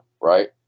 Right